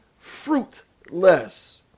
fruitless